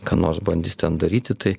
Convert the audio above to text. ką nors bandys ten daryti tai